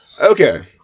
Okay